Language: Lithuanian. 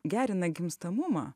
gerina gimstamumą